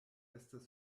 estas